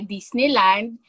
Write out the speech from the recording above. Disneyland